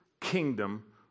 kingdom